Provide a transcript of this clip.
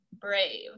brave